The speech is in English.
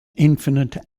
infinite